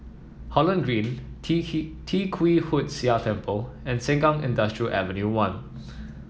Holland Green Tee K Tee Kwee Hood Sia Temple and Sengkang Industrial Avenue One